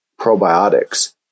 probiotics